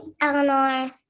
Eleanor